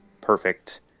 perfect